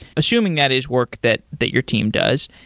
assuming that is work that that your team does.